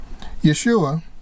Yeshua